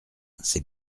c’est